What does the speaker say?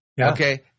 Okay